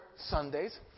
Sundays